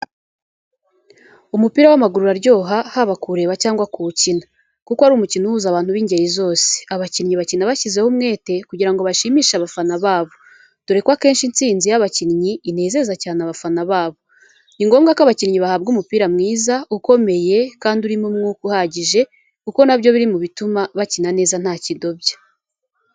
Umupira w’amaguru uraryoha, haba kuwureba cyangwa kuwukina, kuko ari umukino uhuza abantu b’ingeri zose. Abakinnyi bakina bashyizeho umwete kugira ngo bashimishe abafana babo, dore ko akenshi intsinzi y’abakinnyi inezeza cyane abafana babo. Ni ngombwa ko abakinnyi bahabwa umupira mwiza, ukomeye kandi urimo umwuka uhagije, kuko na byo biri mu bituma bakina neza nta kidobya.